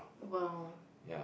!wow!